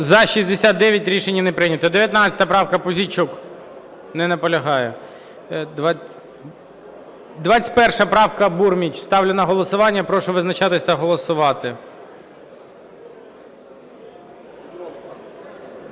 За-69 Рішення не прийнято. 19 правка, Пузійчук. Не наполягає. 21 правка, Бурміч. Ставлю на голосування. Прошу визначатись та голосувати.